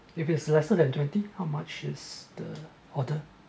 if it's lesser than twenty how much is the order